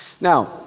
Now